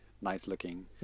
nice-looking